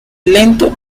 lento